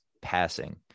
passing